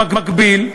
במקביל,